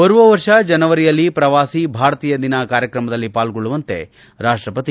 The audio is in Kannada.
ಬರುವ ವರ್ಷ ಜನವರಿಯಲ್ಲಿ ಪ್ರವಾಸಿ ಭಾರತೀಯ ದಿನಕಾರ್ಯಕ್ರಮದಲ್ಲಿ ಪಾಲ್ಗೊಳ್ಳುವಂತೆ ರಾಷ್ಟಪತಿ